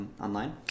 online